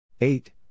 Eight